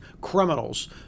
criminals